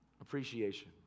Appreciation